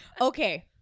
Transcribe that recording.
Okay